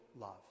love